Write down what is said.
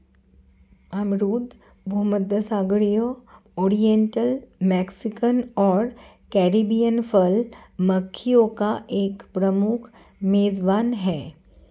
अमरूद भूमध्यसागरीय, oriental, Mexican और कैरिबियन फल मक्खियों का एक प्रमुख मेजबान है